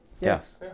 Yes